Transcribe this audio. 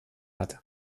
hat